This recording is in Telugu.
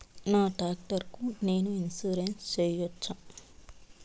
నా టాక్టర్ కు నేను ఇన్సూరెన్సు సేయొచ్చా?